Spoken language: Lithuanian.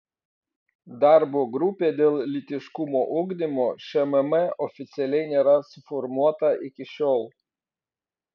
darbo grupė dėl lytiškumo ugdymo šmm oficialiai nėra suformuota iki šiol